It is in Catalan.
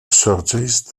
sorgeix